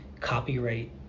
copyright